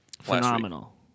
Phenomenal